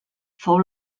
fou